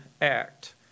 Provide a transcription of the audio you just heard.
act